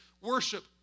worship